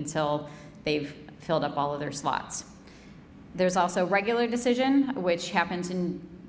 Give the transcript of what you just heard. until they've filled up all of their slots there's also regular decision which happens in